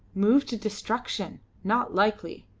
move to destruction! not likely!